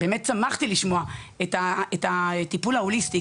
ובאמת שמחתי לשמוע את הטיפול ההוליסטי,